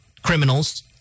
Criminals